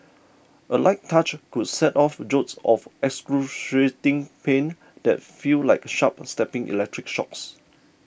a light touch could set off jolts of excruciating pain that feel like sharp stabbing electric shocks